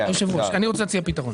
היושב ראש, אני רוצה להציע פתרון.